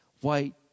white